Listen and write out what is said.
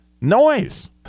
noise